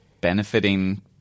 benefiting